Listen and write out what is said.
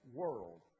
world